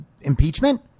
impeachment